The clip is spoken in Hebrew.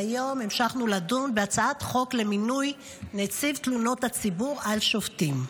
והיום המשכנו לדון בהצעת חוק למינוי נציב תלונות הציבור על שופטים.